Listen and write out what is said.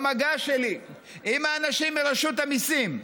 במגע שלי עם האנשים מרשות המיסים,